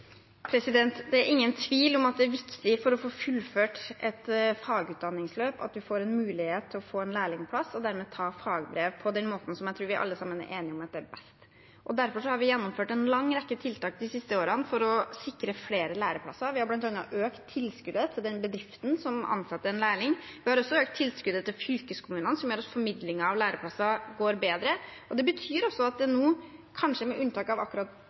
Det er ingen tvil om at det er viktig for å få fullført et fagutdanningsløp at man får en mulighet til å få en lærlingplass og dermed kan ta fagbrev på den måten som jeg tror vi alle sammen er enige om er best. Derfor har vi gjennomført en lang rekke tiltak de siste årene for å sikre flere læreplasser. Vi har bl.a. økt tilskuddet til den bedriften som ansetter en lærling. Vi har også økt tilskuddet til fylkeskommunene, som gjør at formidlingen av lærlingplasser går bedre. Det betyr også at det nå, kanskje med unntak av akkurat